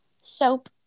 soap